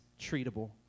treatable